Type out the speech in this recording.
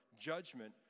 judgment